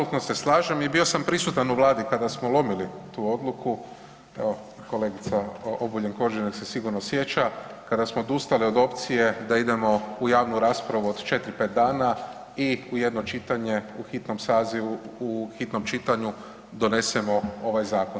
Potpuno se slažem i bio sam prisutan u Vladi kada smo lomili tu odluku, evo kolegica Obuljen Koržinek se sigurno sjeća kada smo odustali od opcije da idemo u javnu raspravu od 4, 5 dana i u jedno čitanje u hitnom sazivu u hitnom čitanju donesemo ovaj zakon.